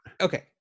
Okay